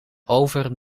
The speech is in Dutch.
over